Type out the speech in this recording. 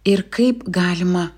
ir kaip galima